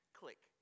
click